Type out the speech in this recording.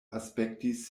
aspektis